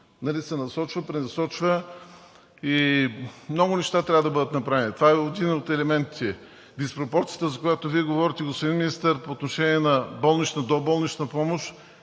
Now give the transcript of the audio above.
се насочва, пренасочва и много неща трябва да бъдат направени. Това е един от елементите. Диспропорцията, за която Вие говорите, господин Министър, по отношение на болничната, доболничната помощ,